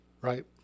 Right